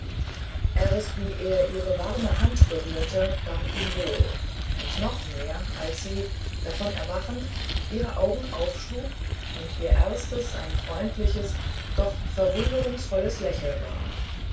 erst wie er ihre warme hand berührte ward ihm wohl und noch mehr als sie davon erwachend ihre augen aufschlug und ihr erstes ein freundliches doch verwunderungsvolles lächeln war